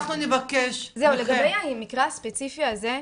לגבי המקרה הספציפי הזה,